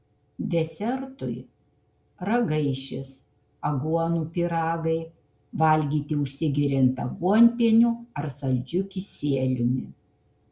desertui ragaišis aguonų pyragai valgyti užsigeriant aguonpieniu ar saldžiu kisieliumi